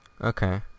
Okay